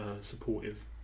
supportive